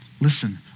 Listen